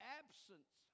absence